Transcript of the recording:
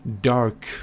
dark